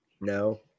No